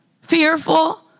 fearful